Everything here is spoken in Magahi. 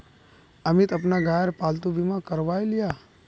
अमित अपना गायेर पालतू बीमा करवाएं लियाः